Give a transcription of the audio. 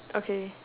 okay